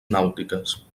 nàutiques